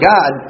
God